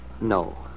No